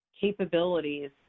capabilities